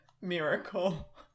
miracle